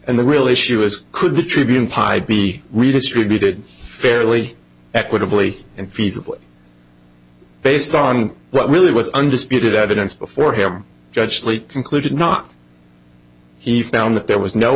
and the real issue is could the tribune pie be redistributed fairly equitably and feasible based on what really was undisputed evidence before him judge sleep concluded not he found that there was no